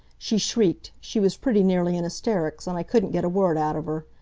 she shrieked, she was pretty nearly in hysterics, and i couldn't get a word out of her.